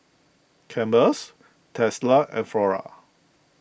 Campbell's Tesla and Flora